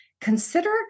consider